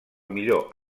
millor